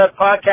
podcast